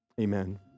Amen